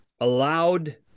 allowed